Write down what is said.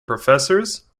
professors